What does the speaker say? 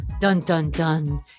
Dun-dun-dun